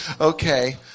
Okay